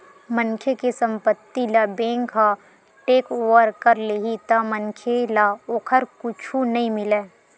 मनखे के संपत्ति ल बेंक ह टेकओवर कर लेही त मनखे ल ओखर कुछु नइ मिलय